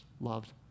loved